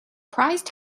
prized